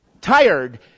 tired